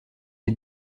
est